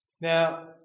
Now